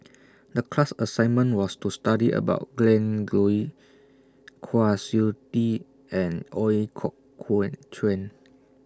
The class assignment was to study about Glen Goei Kwa Siew Tee and Ooi Kok Chuen